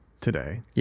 today